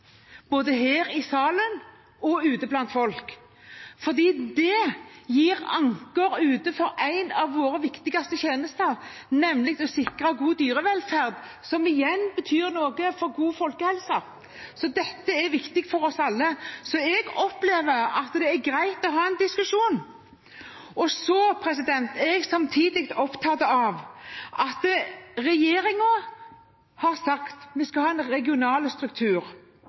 både opposisjonssiden og posisjonssiden og både her i salen og ute blant folk, for det forankrer en av våre viktigste tjenester ute, nemlig det å sikre god dyrevelferd, som igjen betyr noe for god folkehelse. Dette er viktig for oss alle. Jeg opplever at det er greit å ha en diskusjon. Samtidig er jeg opptatt av at regjeringen har sagt at vi skal ha en regional struktur,